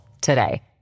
today